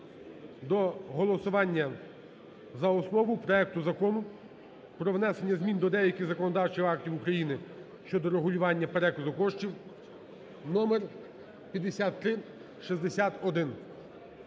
до голосування за основу проект Закону про внесення змін до деяких законодавчих актів України щодо регулювання переказу коштів (номер 5361).